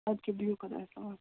اَدٕ کیٛاہ بِہو خدایَس حَوال